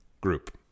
group